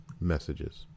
messages